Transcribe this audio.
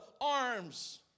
arms